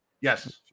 Yes